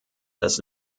das